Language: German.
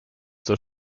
zur